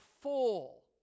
full